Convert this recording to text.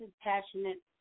passionate